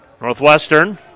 Northwestern